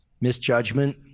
misjudgment